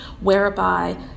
whereby